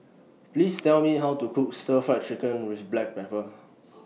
Please Tell Me How to Cook Stir Fried Chicken with Black Pepper